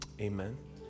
amen